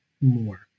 more